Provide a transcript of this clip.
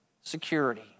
security